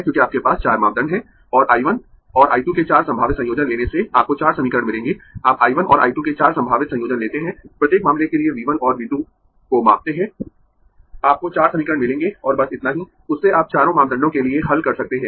क्योंकि आपके पास चार मापदंड है और I 1 और I 2 के चार संभावित संयोजन लेने से आपको चार समीकरण मिलेंगें आप I 1 और I 2 के चार संभावित संयोजन लेते है प्रत्येक मामले के लिए V 1 और V 2 को मापते है आपको चार समीकरण मिलेंगें और बस इतना ही उससे आप चारों मापदंडों के लिए हल कर सकते है